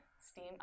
Steam